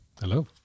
hello